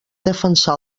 defensar